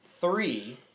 three